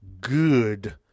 good